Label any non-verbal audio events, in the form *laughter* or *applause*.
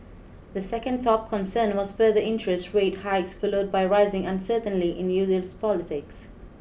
the second top concern was further interest rate hikes followed by rising uncertainly in *unintelligible* politics